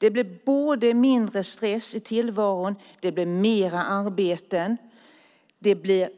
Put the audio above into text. Det blir både mindre stress i tillvaron och mer arbeten. Det blir